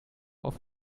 auf